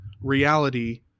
reality